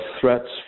threats